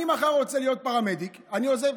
אני רוצה להיות פרמדיק מחר,